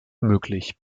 möglich